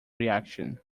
reaction